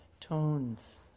tones